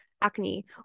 acne